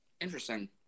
Interesting